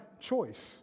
choice